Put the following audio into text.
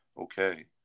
okay